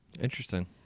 Interesting